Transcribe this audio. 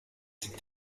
c’est